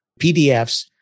PDFs